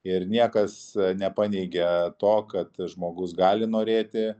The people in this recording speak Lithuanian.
ir niekas nepaneigė to kad žmogus gali norėti